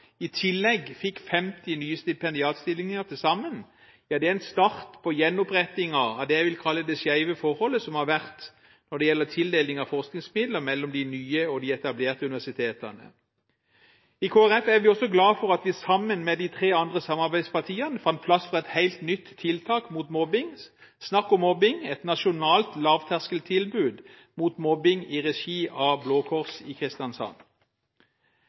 i tillegg fikk 50 nye stipendiatstillinger til sammen, er en start på gjenopprettingen av det jeg vil kalle det skjeve forholdet som har vært når det gjelder tildeling av forskningsmidler mellom de nye og de etablerte universitetene. I Kristelig Folkeparti er vi også glad for at vi sammen med de tre andre samarbeidspartiene fant plass for et helt nytt tiltak mot mobbing, Snakk om mobbing, et nasjonalt lavterskeltilbud mot mobbing i regi av Blå Kors i Kristiansand.